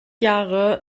jahre